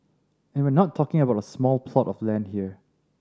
and we're not talking about a small plot of land here